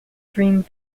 dream